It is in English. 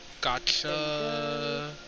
gotcha